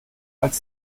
als